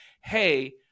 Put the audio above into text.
Hey